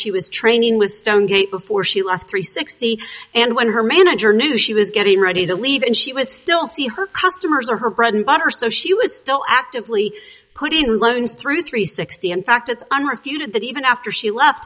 she was training with stone gate before she left three sixty and when her manager knew she was getting ready to leave and she was still see her customers are her bread and butter so she was still actively put in loans through three sixty in fact it's unrefuted that even after she left